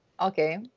okay